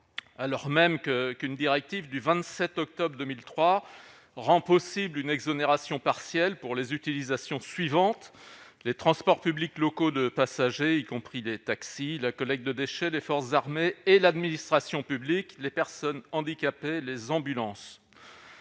alors même que qu'une directive du 27 octobre 2003 rend possible une exonération partielle pour les utilisations suivantes : les transports publics locaux de passagers, y compris des taxis, la collecte de déchets des forces armées et l'administration publique, les personnes handicapées, les ambulances,